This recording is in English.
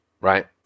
right